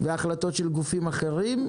והחלטות של גופים אחרים,